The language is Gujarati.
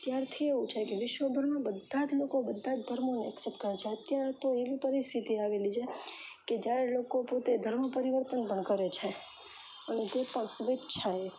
ત્યારથી એવું છે કે વિશ્વભરમાં બધાં જ લોકો બધાં જ ધર્મો એક્સેપ્ટ કરે છે અત્યારે તો એવી પરિસ્થિતિ આવેલી છે કે જ્યારે લોકો પોતે ધર્મ પરિવર્તન પણ કરે છે અને જે પણ સ્વેચ્છાએ